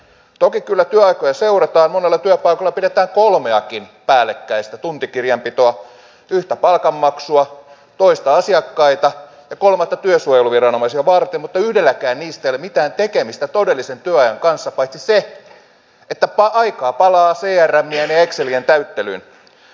toki kyllä työaikoja seurataan monella työpaikalla pidetään kolmeakin päällekkäistä tuntikirjanpitoa yhtä palkanmaksua toista asiakkaita ja kolmatta työsuojeluviranomaisia varten mutta yhdelläkään niistä ei ole mitään tekemistä todellisen työajan kanssa paitsi se että aikaa palaa crmien ja excelien täyttelyyn